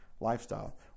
lifestyle